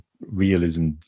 realism